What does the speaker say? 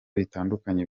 bitandukanye